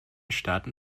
staaten